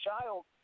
child